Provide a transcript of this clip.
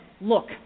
Look